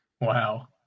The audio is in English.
Wow